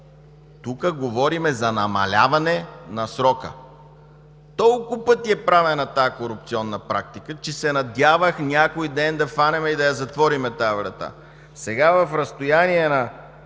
Тук говорим за намаляване на срока. Толкова пъти е правена тази корупционна практика, че се надявах някой ден да хванем и да затворим тази врата.